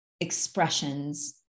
expressions